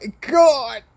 God